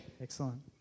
Excellent